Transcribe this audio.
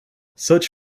such